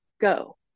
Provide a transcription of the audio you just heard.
go